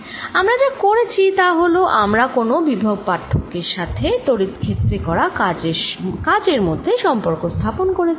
আমরা যা করেছি তা হল আমরা বিভব পার্থক্যের সাথে তড়িৎ ক্ষেত্রে করা কাজের মধ্যে সম্পর্ক স্থাপন করেছি